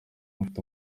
afite